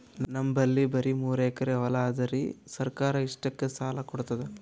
ನಮ್ ಬಲ್ಲಿ ಬರಿ ಮೂರೆಕರಿ ಹೊಲಾ ಅದರಿ, ಸರ್ಕಾರ ಇಷ್ಟಕ್ಕ ಸಾಲಾ ಕೊಡತದಾ?